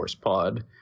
pod